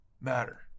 matter